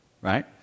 right